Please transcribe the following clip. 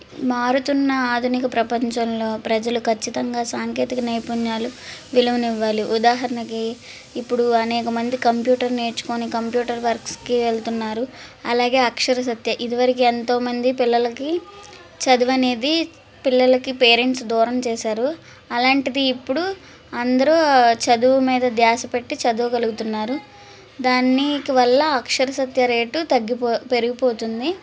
మారుతున్న ఆధునిక ప్రపంచంలో ప్రజలు ఖచ్చితంగా సాంకేతిక నైపుణ్యాలు విలువనివ్వాలి ఉదాహరణకి ఇప్పుడు అనేకమంది కంప్యూటర్ నేర్చుకుని కంప్యూటర్ వర్క్స్కి వెళ్తున్నారు అలాగే అక్షర సత్య ఇదివరకు ఎంతోమంది పిల్లలకి చదవనేది పిల్లలకి పేరెంట్స్ దూరం చేశారు అలాంటిది ఇప్పుడు అందరూ చదువు మీద ధ్యాస పెట్టి చదువ గలుగుతున్నారు దాన్ని వల్ల అక్షర సత్య రేటు తగ్గి పెరిగిపోతుంది